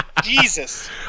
Jesus